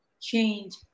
change